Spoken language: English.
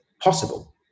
possible